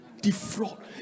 Defraud